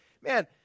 man